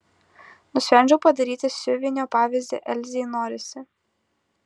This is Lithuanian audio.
nusprendžiau padaryti siuvinio pavyzdį elzei norisi